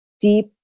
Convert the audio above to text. Deep